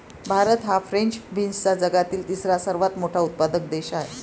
भारत हा फ्रेंच बीन्सचा जगातील तिसरा सर्वात मोठा उत्पादक देश आहे